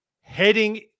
heading